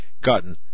gotten